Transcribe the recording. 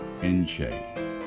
NJ